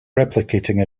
replicating